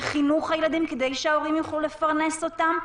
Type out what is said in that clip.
לחינוך הילדים כדי שההורים יוכלו לפרנס אותם,